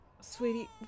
Sweetie